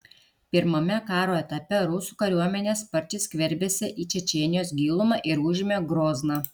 pirmame karo etape rusų kariuomenė sparčiai skverbėsi į čečėnijos gilumą ir užėmė grozną